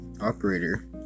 operator